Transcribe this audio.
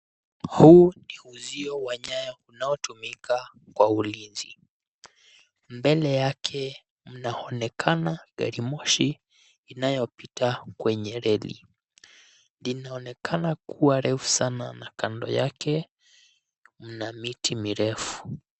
Huu ni uzio wa nyaya unaotumika kwa ulinzi, mbele yake mnaonekana gari moshi inayopita kwenye reli inaonekana kua refu sana na kando yake mna miti mirefu.